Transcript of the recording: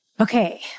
okay